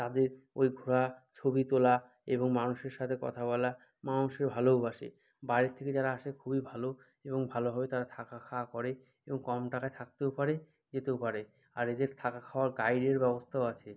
তাদের ওই ঘোরা ছবি তোলা এবং মানুষের সাথে কথা বলা মানুষও ভালোওবাসে বাইরের থেকে যারা আসে খুবই ভালো এবং ভালোভাবে তারা থাকা খাওয়া করে এবং কম টাকায় থাকতেও পারে যেতেও পারে আর এদের থাকা খাওয়া গাইডের ব্যবস্থাও আছে